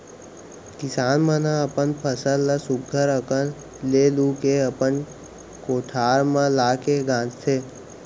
किसान मन ह अपन फसल ल सुग्घर अकन ले लू के अपन कोठार म लाके गांजथें